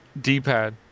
D-pad